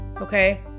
okay